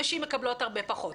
נשים מקבלות הרבה פחות.